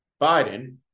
Biden